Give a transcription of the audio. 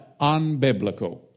unbiblical